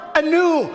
anew